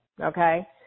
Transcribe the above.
Okay